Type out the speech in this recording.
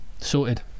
sorted